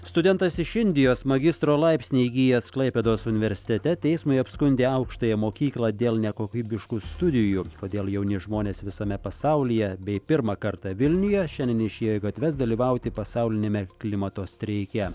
studentas iš indijos magistro laipsnį įgijęs klaipėdos universitete teismui apskundė aukštąją mokyklą dėl nekokybiškų studijų kodėl jauni žmonės visame pasaulyje bei pirmą kartą vilniuje šiandien išėjo į gatves dalyvauti pasauliniame klimato streike